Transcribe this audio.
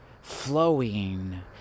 flowing